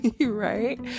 right